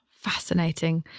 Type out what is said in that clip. fascinating.